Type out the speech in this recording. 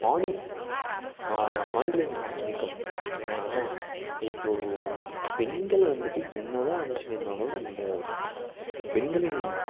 ஆணின் ஆண்களின் ஆதிக்கம் என்னென்னா இப்போது பெண்கள் வந்துட்டு என்ன தான் வளர்ச்சி அடைந்தாலும் இந்த பெண்களின்